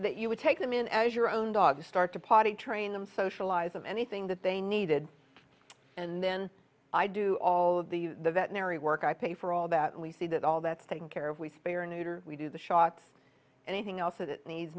that you would take them in as your own dogs start to potty train them socialize of anything that they needed and then i do all the veterinary work i pay for all that we see that all that's taken care of we spare neuter we do the shots anything else that needs